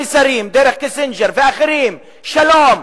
במסרים, דרך קיסינג'ר ואחרים: שלום.